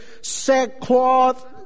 sackcloth